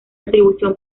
atribución